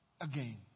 again